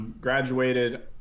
graduated